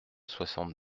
soixante